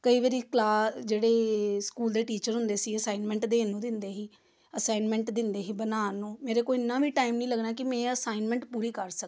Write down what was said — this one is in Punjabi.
ਕਈ ਵਾਰੀ ਕਲਾ ਜਿਹੜੇ ਸਕੂਲ ਦੇ ਟੀਚਰ ਹੁੰਦੇ ਸੀ ਅਸਾਈਨਮੈਂਟ ਦੇਣ ਨੂੰ ਦਿੰਦੇ ਸੀ ਅਸਾਈਨਮੈਂਟ ਦਿੰਦੇ ਸੀ ਬਣਾਉਣ ਨੂੰ ਮੇਰੇ ਕੋਲ ਇੰਨਾ ਵੀ ਟਾਈਮ ਨਹੀਂ ਲੱਗਣਾ ਕਿ ਮੈਂ ਅਸਾਈਨਮੈਂਟ ਪੂਰੀ ਕਰ ਸਕਾਂ